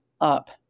up